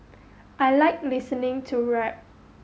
I like listening to rap